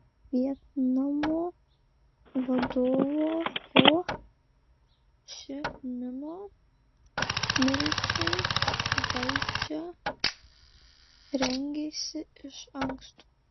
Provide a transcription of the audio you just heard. vietnamo vadovo ho ši mino mirčiai valdžia rengėsi iš anksto